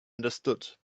understood